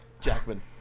Jackman